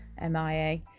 MIA